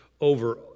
over